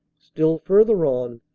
still further on,